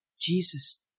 Jesus